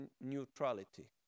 neutrality